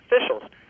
officials